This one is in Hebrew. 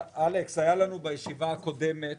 אלכס, היה לנו בישיבה הקודמת